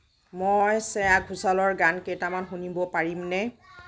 মই শ্ৰেয়া ঘোষালৰ গান কেইটামান শুনিব পাৰিমনে